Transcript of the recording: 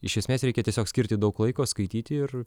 iš esmės reikia tiesiog skirti daug laiko skaityti ir